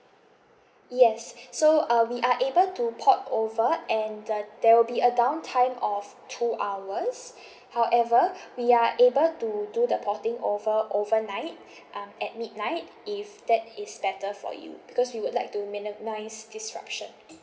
yes so uh we are able to port over and the there will be a down time of two hours however we are able to do the porting over overnight um at midnight if that is better for you because we would like to minimise disruption